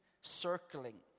circling